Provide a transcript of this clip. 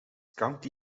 county